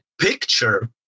picture